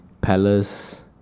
Palace